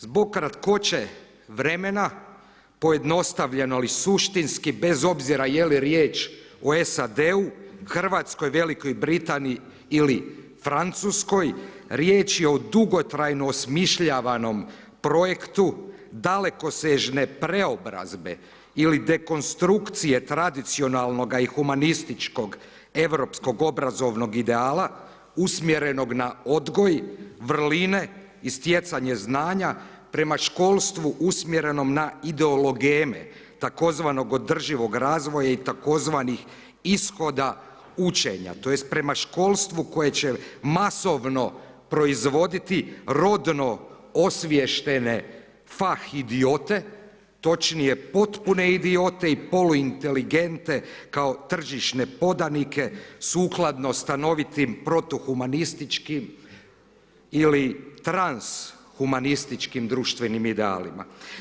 Zbog kratkoće vremena, pojednostavljeno ali suštinski bez obzira je li riječ o SAD-u, Hrvatskoj, Velikoj Britaniji ili Francuskoj, riječ je o dugotrajno osmišljavanom projektu, dalekosežne preobrazbe ili dekonstrukcije, tradicionalnoga i humanističkog, europskog, obrazovnog ideala, sumjernog na odgoj, vrline i stjecanje znanja, prema školstvu usmjerenom na ideologemen, tzv. održivog razvoja i tzv. ishoda učenja, tj. prema školstvu, koje će masovno proizvoditi rodno osviještene fah idiote, točnije potpune idiote i poluinteligentne kao tržišne podanike sukladno stanovitim protuhumanističkim ili transhumanističkim društvenim idealima.